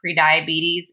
prediabetes